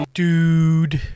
dude